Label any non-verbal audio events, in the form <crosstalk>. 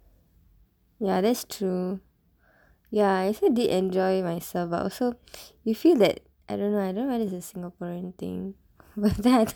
ya that's true ya I actually did enjoy myself but also you feel that I don't know I don't know whether is it a singaporean thing but then I <laughs>